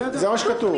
זה מה שכתוב.